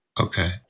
Okay